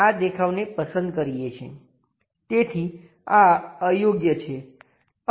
તેથી આ અયોગ્ય છે અને આ પણ અયોગ્ય છે